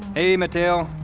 hey, mateo.